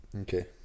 okay